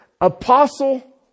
apostle